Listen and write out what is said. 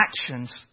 actions